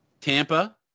Tampa